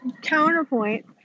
counterpoint